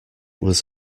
was